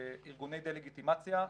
דה-לגיטימציה.